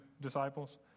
disciples